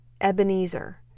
Ebenezer